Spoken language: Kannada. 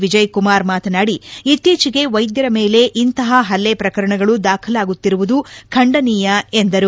ವಿಜಯಕುಮಾರ್ ಮಾತನಾಡಿ ಇತ್ತೀಚೆಗೆ ವೈದ್ಯರ ಮೇಲೆ ಇಂತಹ ಹಲ್ಲೆ ಪ್ರಕರಣಗಳು ದಾಖಲಾಗುತ್ತಿರುವುದು ಖಂಡನೀಯವಾಗಿದೆ ಎಂದರು